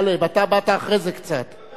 טלב, אתה באת אחרי זה קצת.